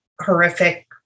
horrific